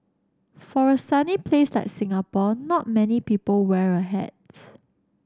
for a sunny place like Singapore not many people wear a hats